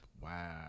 wow